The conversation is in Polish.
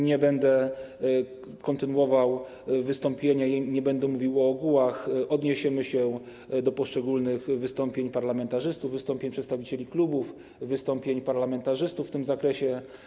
Nie będę kontynuował wystąpienia i nie będę mówił o ogółach, odniesiemy się do poszczególnych wystąpień parlamentarzystów, wystąpień przedstawicieli klubów, wystąpień parlamentarzystów w tym zakresie.